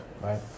right